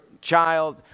child